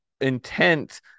intent